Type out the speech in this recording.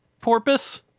porpoise